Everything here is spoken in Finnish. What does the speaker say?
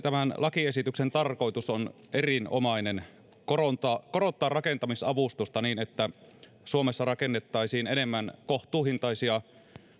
tämän lakiesityksen tarkoitus on erinomainen korottaa korottaa rakentamisavustusta niin että suomessa rakennettaisiin enemmän kohtuuhintaisia